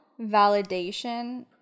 validation